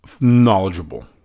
knowledgeable